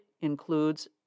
includes